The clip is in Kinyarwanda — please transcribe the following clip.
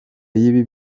y’ibi